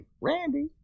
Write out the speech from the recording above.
Randy